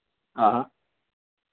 हाँ हाँ